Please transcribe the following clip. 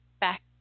back